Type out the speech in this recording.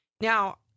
Now